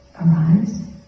arise